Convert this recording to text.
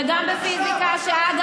שיקרה בתנ"ך.